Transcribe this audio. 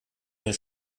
mir